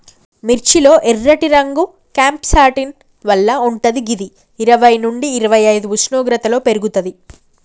మిర్చి లో ఎర్రటి రంగు క్యాంప్సాంటిన్ వల్ల వుంటది గిది ఇరవై నుండి ఇరవైఐదు ఉష్ణోగ్రతలో పెర్గుతది